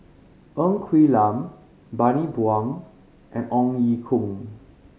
Ng Quee Lam Bani Buang and Ong Ye Kung